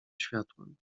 światłem